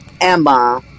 Emma